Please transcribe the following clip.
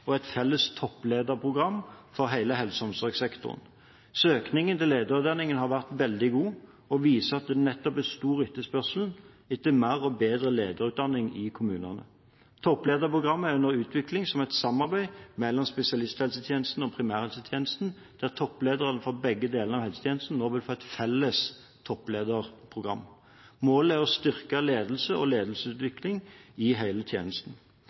og et felles topplederprogram for hele helse- og omsorgssektoren. Søkningen til lederutdanningen har vært veldig god, og det viser at det er stor etterspørsel etter mer og bedre lederutdanning i kommunene. Topplederprogrammet er under utvikling som et samarbeid mellom spesialisthelsetjenesten og primærhelsetjenesten, der toppledere fra begge deler av helsetjenesten nå vil få et felles topplederprogram. Målet er å styrke ledelse og ledelsesutvikling i hele tjenesten.